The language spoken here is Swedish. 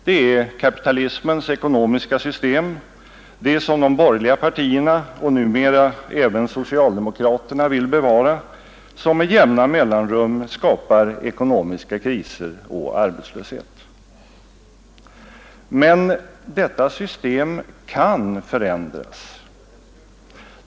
Det är kapitalismens ekonomiska system, det som de borgerliga partierna och numera även socialdemokraterna vill bevara, som med jämna mellanrum skapar ekonomiska kriser och arbetslöshet. Men detta system kan förändras.